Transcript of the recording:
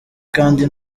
kandi